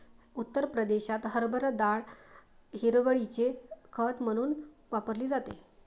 उत्तर प्रदेशात हरभरा डाळ हिरवळीचे खत म्हणून वापरली जाते